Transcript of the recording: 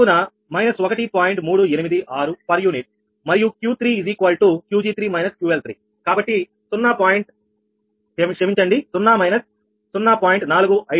386 per unit మరియు 𝑄3 𝑄𝑔3 − 𝑄𝐿3 కనుక 0 − 0